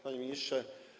Panie Ministrze!